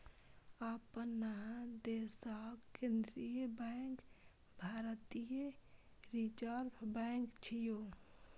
अपना देशक केंद्रीय बैंक भारतीय रिजर्व बैंक छियै